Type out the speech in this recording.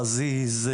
חזיז,